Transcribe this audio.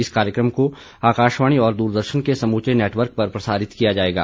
इस कार्यक्रम को आकाशवाणी और दूरदर्शन के समूचे नेटवर्क पर प्रसारित किया जाएगा